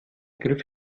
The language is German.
griff